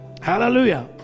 hallelujah